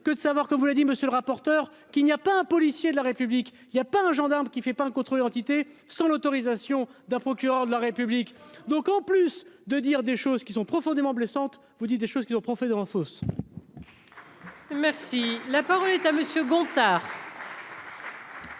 que de savoir que vous le dit, monsieur le rapporteur, qu'il n'y a pas un policier de la république il y a pas un gendarme qui fait pas un contrôle entité sans l'autorisation d'un procureur de la République, donc en plus de dire des choses qui sont profondément blessante, vous dites des choses qui reprend proférant fausse. Merci, la parole est à Monsieur Gontard.